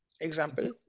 Example